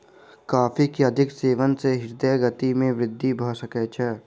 coffee के अधिक सेवन सॅ हृदय गति में वृद्धि भ सकै छै